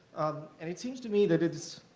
and it seems to me that it's,